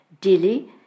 Dilly